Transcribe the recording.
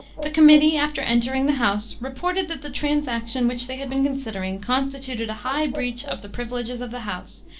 the committee, after entering the house, reported that the transaction which they had been considering constituted a high breach of the privileges of the house,